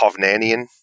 Hovnanian